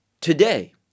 today